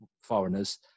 foreigners